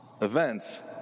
events